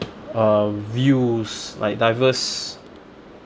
uh views like diverse